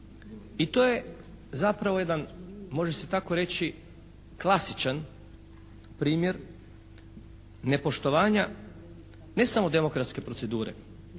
i to je zapravo jedan može se tako reći klasičan primjer nepoštovanja ne samo demokratske procedure